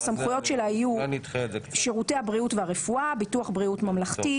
הסמכויות שלה יהיו: שירותי הבריאות והרפואה; ביטוח בריאות ממלכתי;